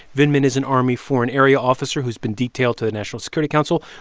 vindman is an army foreign area officer who's been detailed to the national security council.